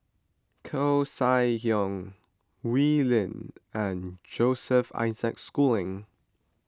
Koeh Sia Yong Wee Lin and Joseph Isaac Schooling